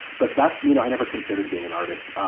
but that's you know, i never considered being an artist,